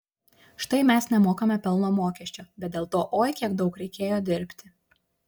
štai mes nemokame pelno mokesčio bet dėl to oi kiek daug reikėjo dirbti